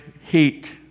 heat